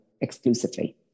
exclusively